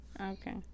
Okay